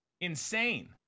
insane